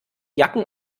jacken